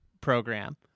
program